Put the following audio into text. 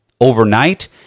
overnight